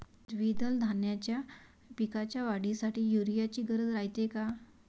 द्विदल धान्याच्या पिकाच्या वाढीसाठी यूरिया ची गरज रायते का?